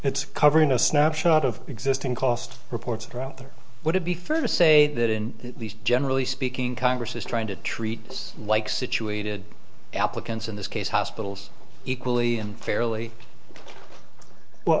it's covering a snapshot of existing cost reports that are out there would it be fair to say that in the generally speaking congress is trying to treat this like situated applicants in this case hospitals equally and fairly